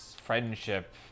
Friendship